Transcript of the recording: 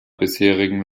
bisherigen